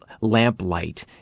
lamplight